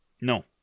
No